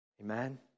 Amen